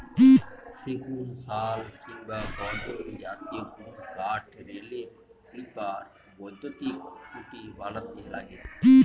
সেগুন, শাল কিংবা গর্জন জাতীয় গুরুকাঠ রেলের স্লিপার, বৈদ্যুতিন খুঁটি বানাতে লাগে